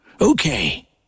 Okay